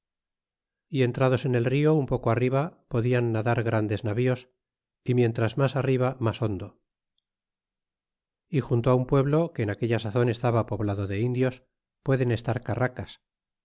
y entrados en el rio un poco arriba podian nadar grandes navíos y miéntras mas arriba mas hondo y junto un pueblo que en aquella sazon estaba poblado de indios pueden estar carracas